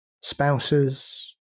spouses